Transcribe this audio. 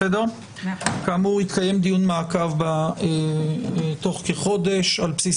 כאמור יתקיים דיון מעקב תוך כחודש על בסיס